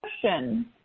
question